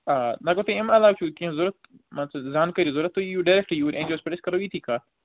آ اگر تۄہہِ امہِ علاوٕ چھُو کیٚنٛہہ ضوٚرَتھ مان ژٕ زان کٲری ضوٚرَتھ تۄہہِ یِیو ڈرٮ۪کٹ یور اٮ۪ن جی یووَس پٮ۪ٹھ أسۍ کَرو ییٚتی کَتھ